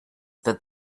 that